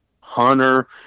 hunter